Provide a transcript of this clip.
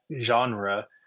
genre